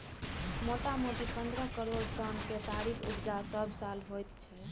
मोटामोटी पन्द्रह करोड़ टन केतारीक उपजा सबसाल होइत छै